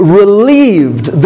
relieved